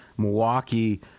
Milwaukee